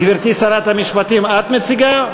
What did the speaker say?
גברתי שרת המשפטים, את מציגה?